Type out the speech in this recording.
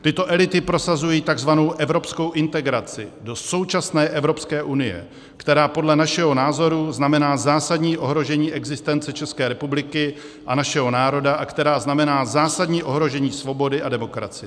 Tyto elity prosazují tzv. evropskou integraci do současné Evropské unie, která podle našeho názoru znamená zásadní ohrožení existence České republiky a našeho národa a která znamená zásadní ohrožení svobody a demokracie.